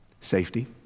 Safety